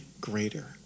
greater